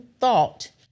thought